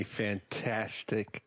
fantastic